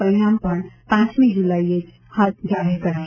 પરિણામ પણ પાંચમી જુલાઇએ જ જાહેર કરાશે